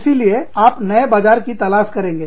इसीलिए आप नए बाजार की तलाश करेंगे